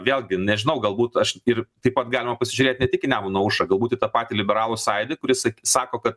vėlgi nežinau galbūt aš ir taip pat galima pasižiūrėt ne tik į nemuną aušrą galbūt į tą patį liberalų sąjūdį kuris sako kad